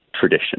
tradition